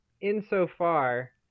insofar